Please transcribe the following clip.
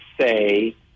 say